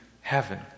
heaven